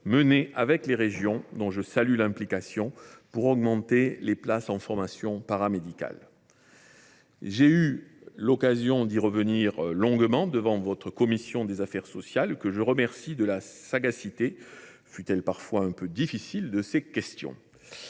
menés avec les régions, dont je salue l’implication, pour augmenter les places en formation paramédicale. J’ai eu l’occasion d’y revenir longuement devant votre commission des affaires sociales, que je remercie de sa sagacité, jusque dans ses questions